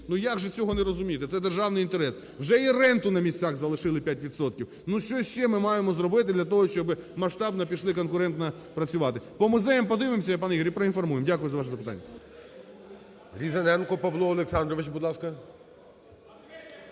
Ну як же цього не розуміти? Це державний інтерес. Вже і ренту на місцях залишили 5 відсотків. Ну що ще ми маємо зробити для того, щоби масштабно пішли конкурентно працювати. По музеям подивимося, пане Юрію, і проінформуємо. Дякую за ваше запитання.